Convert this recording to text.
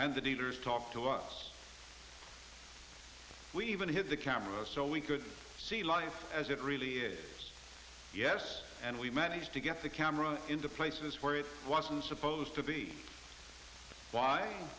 and the dealers talked to lots we even hit the camera so we could see life as it really is yes and we managed to get the camera into places where it wasn't supposed to be why